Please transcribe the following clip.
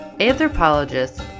Anthropologists